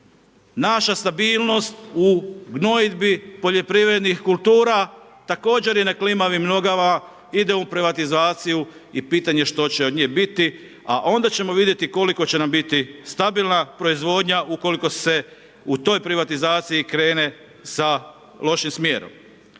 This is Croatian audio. naša stabilnost u gnojidbi poljoprivrednih kultura također je na klimavim nogama, ide u privatizaciju i pitanje što će od njih biti, a onda ćemo vidjeti koliko će nam biti stabilna proizvoda ukoliko se u toj privatizaciji krene sa lošim smjerom.